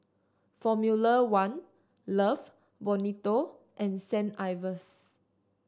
Formula One Love Bonito and Saint Ives